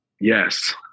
Yes